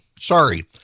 Sorry